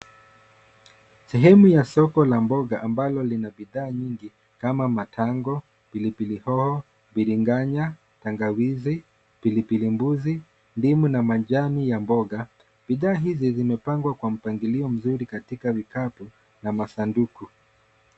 Sehemu ya soko la mboga ambalo lina bidhaa nyingi kama matango, pilipili hoho ,biriganya, tangawizi, pilipili mbuzi, ndimu na majani ya mboga. Bidhaa hizi zimepangwa kwa mpangilio mzuri katika vikapu na masanduku.